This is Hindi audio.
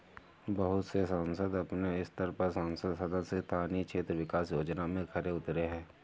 बहुत से संसद अपने स्तर पर संसद सदस्य स्थानीय क्षेत्र विकास योजना में खरे उतरे हैं